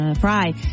fry